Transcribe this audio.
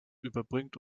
überbringt